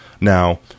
Now